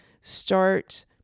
start